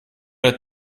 der